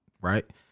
right